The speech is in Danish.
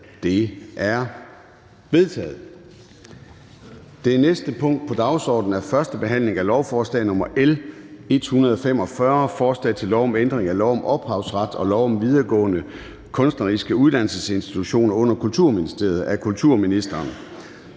Det er vedtaget. --- Det næste punkt på dagsordenen er: 3) 1. behandling af lovforslag nr. L 145: Forslag til lov om ændring af lov om ophavsret og lov om videregående kunstneriske uddannelsesinstitutioner under Kulturministeriet. (Modernisering